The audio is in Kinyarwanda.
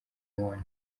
mubona